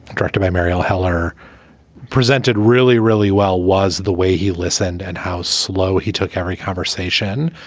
directed by marielle heller presented really, really well, was the way he listened and how slow he took every conversation.